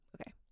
okay